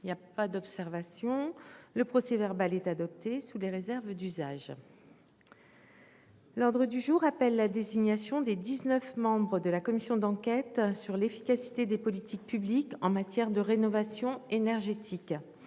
Il n'y a pas d'observation ?... Le procès-verbal est adopté sous les réserves d'usage. L'ordre du jour appelle la désignation des dix-neuf membres de la commission d'enquête sur l'efficacité des politiques publiques en matière de rénovation énergétique.